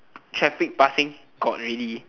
traffic passing got already